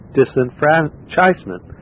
disenfranchisement